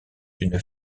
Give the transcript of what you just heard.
d’une